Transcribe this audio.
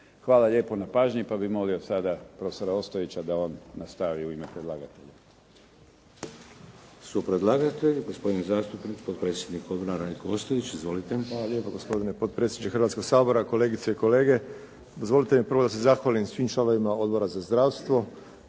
Hvala lijepo na pažnji, pa bih molio sada prof. Ostojića da vam nastavi u ime predlagatelja.